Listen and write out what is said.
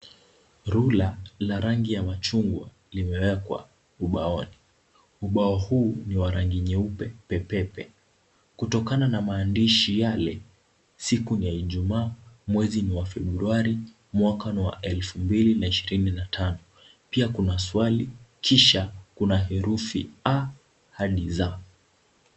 Rula la rangi ya machungwa, limewekwa ubaoni. Ubao huu ni wa rangi nyeupe pepepe. Kutokana na maandishi yale, siku ni ya Ijumaa, mwezi ni wa Februari, mwaka ni wa elfu mbili ishirini na tano. Pia kuna swali, pia kuna herufi A hadi Z.